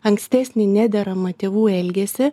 ankstesnį nederamą tėvų elgesį